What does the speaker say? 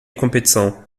competição